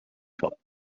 shop